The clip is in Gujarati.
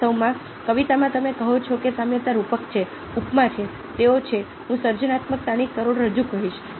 વાસ્તવમાં કવિતામાં તમે કહો છો કે સામ્યતા રૂપક છે ઉપમા છે તેઓ છે હું સર્જનાત્મકતાની કરોડરજ્જુ કહીશ